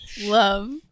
love